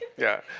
yeah.